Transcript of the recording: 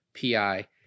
PI